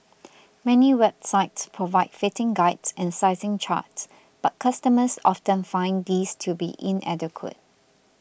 many websites provide fitting guides and sizing charts but customers often find these to be inadequate